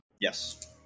Yes